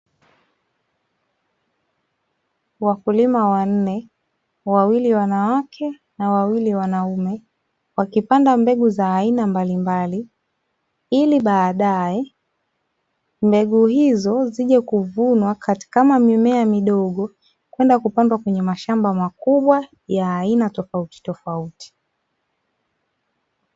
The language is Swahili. Wakulima wanne wawili wanawake na wawili wanaume wakipanda mbegu za aina mbalimbali, ili baadae mbegu hizo zije kuvunwa katika mimea midogo kwenda kupandwa kwenye mashamba makubwa ya aina tofauti tofauti.